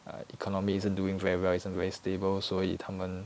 economy isn't doing very well isn't very stable 所以他们